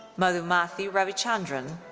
madhumathy ravichandran.